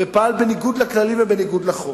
ופעל בניגוד לכללים ובניגוד לחוק.